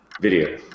Video